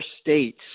states